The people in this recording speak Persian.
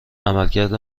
عملکرد